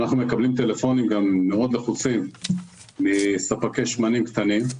אנחנו מקבלים טלפונים מאוד לחוצים מספקי שמנים קטנים,